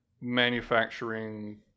manufacturing